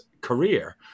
career